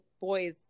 boys